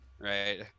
right